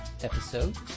episode